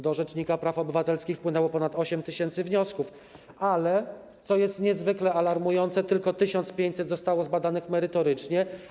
Do rzecznika praw obywatelskich wpłynęło ponad 8 tys. wniosków, ale - co jest niezwykle alarmujące - tylko 1500 zostało zbadanych merytorycznie.